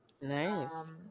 Nice